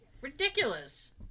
ridiculous